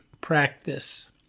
practice